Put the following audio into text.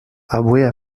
avui